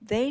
they